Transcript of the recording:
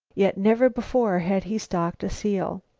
yet never before had he stalked a seal.